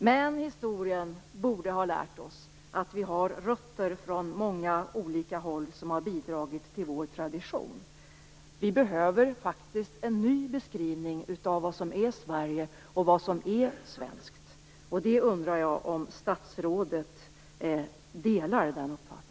Men historien borde ha lärt oss att vi har rötter från många olika håll, som har bidragit till vår tradition. Vi behöver faktiskt en ny beskrivning av vad som är Sverige och vad som är svenskt. Jag undrar om statsrådet delar den uppfattningen.